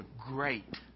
great